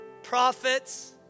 prophets